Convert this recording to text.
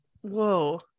whoa